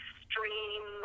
stream